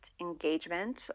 engagement